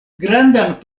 grandan